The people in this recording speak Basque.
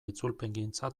itzulpengintza